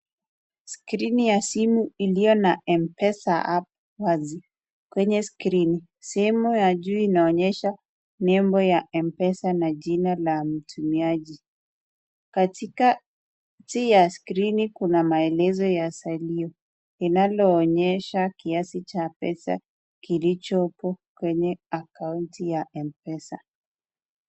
[Screen] ya simu iliyo na Mpesa [App] wazi. Kwenye [screen], sehemu ya juu inaonyesha nembo ya Mpesa na jina la mtumjaji. Katikati ya [screen] kuna maelezo ya salio linalo onyesha kiasi cha pesa kilichoko kwenye akaunti ya Mpesa.